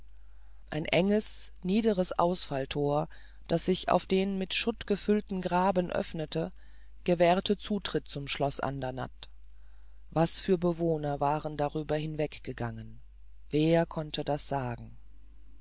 ein enges niederes ausfallthor das sich auf den mit schutt gefüllten graben öffnete gewährte zutritt zum schlosse andernatt was für bewohner waren darüber hinweg gegangen wer konnte es sagen